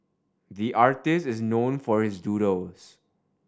the artist is known for his doodles